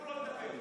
כולם נגדנו.